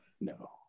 no